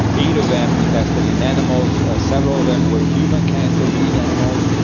eight of them we tested in animals, ah several of them were human cancers in animals,